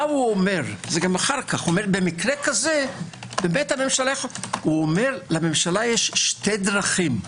הוא אומר במקרה כזה, לממשלה יש שתי דרכים.